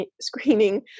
screening